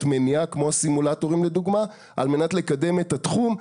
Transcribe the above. מניעה כמו הסימולטורים לדוגמה על מנת לקדם את התחום,